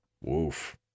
woof